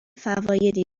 فوایدی